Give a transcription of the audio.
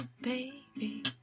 baby